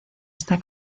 está